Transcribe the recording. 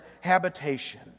habitation